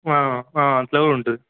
ఆ ఆ అట్లనే ఉంటుంది